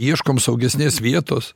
ieškom saugesnės vietos